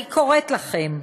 אני קוראת לכם: